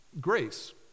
grace